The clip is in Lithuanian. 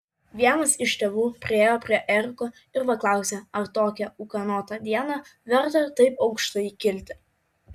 vienas iš tėvų priėjo prie eriko ir paklausė ar tokią ūkanotą dieną verta taip aukštai kilti